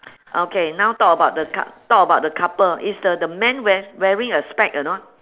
okay now talk about the cou~ talk about the couple is the the man wear wearing a spec or not